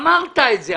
אמרת את זה.